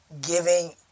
giving